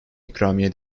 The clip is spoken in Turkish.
ikramiye